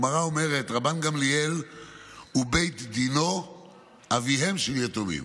הגמרא אומרת: "רבן גמליאל ובית דינו אביהם של יתומים",